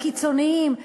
לקיצונים.